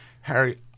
Harry